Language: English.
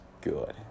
good